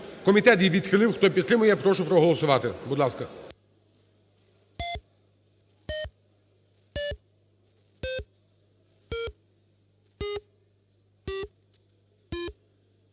Комітет її відхилив. Хто підтримує, прошу проголосувати.